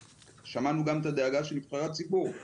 ושמענו גם את הדאגה של נבחרי הציבור.